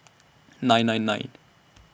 nine nine nine